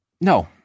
No